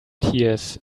tears